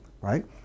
right